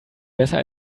besser